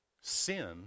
sin